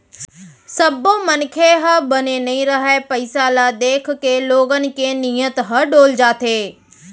सब्बो मनखे ह बने नइ रहय, पइसा ल देखके लोगन के नियत ह डोल जाथे